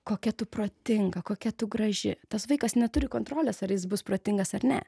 kokia tu protinga kokia tu graži tas vaikas neturi kontrolės ar jis bus protingas ar ne